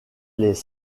les